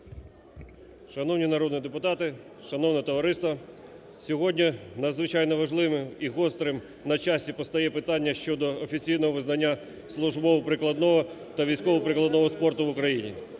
Шановні народні депутати, шановне товариство, сьогодні надзвичайно важливим і гострим на часі постає питання щодо офіційного визнання службово-прикладного та військово-прикладного спорту в Україні,